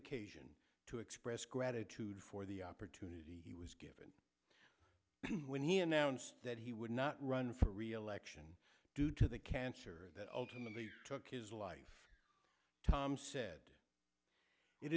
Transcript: occasion to express gratitude for the opportunity he was given when he announced that he would not run for reelection due to the cancer that ultimately took his life tom said it